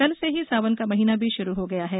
कल से ही सावन का महीना भी शुरू हो गया है